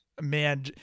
Man